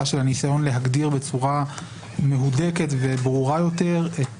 של הניסיון להגדיר בצורה מהודקת וברורה יותר את